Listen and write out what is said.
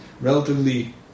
relatively